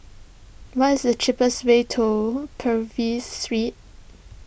what is the cheapest way to Purvis Street